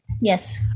Yes